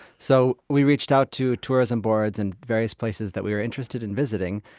so we reached out to tourism boards and various places that we were interested in visiting,